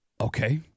Okay